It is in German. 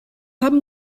haben